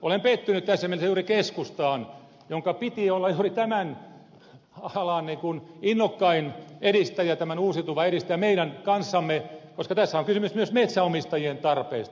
olen pettynyt tässä mielessä juuri keskustaan jonka piti olla juuri tämän alan innokkain edistäjä tämän uusiutuvan edistäjä meidän kanssamme koska tässähän on kysymys myös metsänomistajien tarpeista